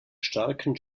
starken